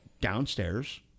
downstairs